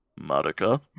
Marika